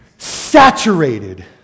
saturated